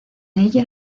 ella